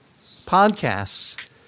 podcasts